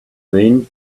mean